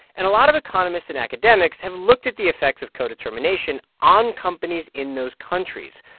and a lot of economists and academics have looked at the effects of co-determination on companies in those countries.